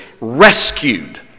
rescued